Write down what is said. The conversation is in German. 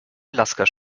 lasker